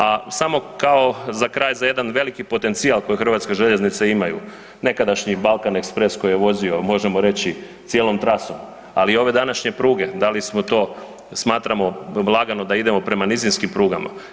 A samo kao za kraj za jedan veliki potencijal koji HŽ imaju, nekadašnji Balkan Express koji je vozio možemo reći cijelom trasom, ali ove današnje pruge, smatramo lagano da idemo prema nizinskim prugama.